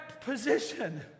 position